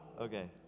Okay